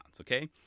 okay